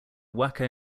waco